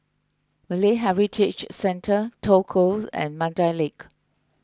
Malay Heritage Centre Toh Close and Mandai Lake